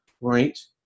right